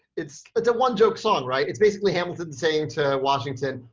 it's it's a one-joke song, right? it's basically hamilton saying to washington,